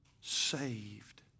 saved